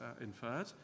inferred